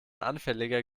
anfälliger